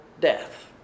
death